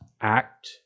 act